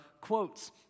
quotes